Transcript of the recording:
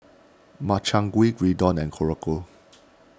Makchang Gui Gyudon and Korokke